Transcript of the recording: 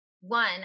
one